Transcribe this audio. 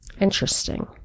Interesting